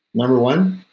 number one,